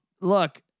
look